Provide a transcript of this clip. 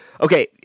Okay